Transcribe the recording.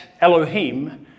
Elohim